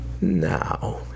Now